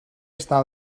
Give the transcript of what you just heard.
estar